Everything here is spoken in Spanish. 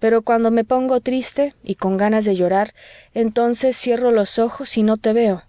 pero cuando me pongo triste y con ganas de llorar entonces cierro los ojos y no te veo